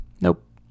nope